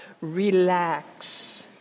Relax